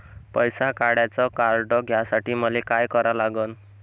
पैसा काढ्याचं कार्ड घेण्यासाठी मले काय करा लागन?